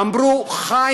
אמרו: חיים,